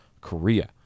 Korea